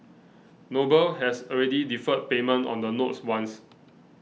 noble has already deferred payment on the notes once